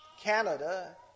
Canada